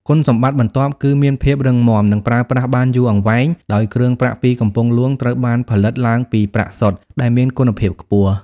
គុណសម្បត្តិបន្ទាប់គឺ មានភាពរឹងមាំ និងប្រើប្រាស់បានយូរអង្វែងដោយគ្រឿងប្រាក់ពីកំពង់ហ្លួងត្រូវបានផលិតឡើងពី ប្រាក់សុទ្ធ ដែលមានគុណភាពខ្ពស់។